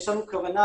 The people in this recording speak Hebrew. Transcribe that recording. יש לנו כוונה,